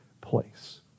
place